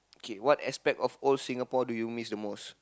K what aspect of old Singapore do you miss the most